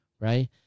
right